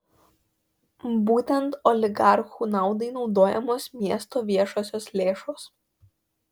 būtent oligarchų naudai naudojamos miesto viešosios lėšos